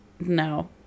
no